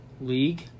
league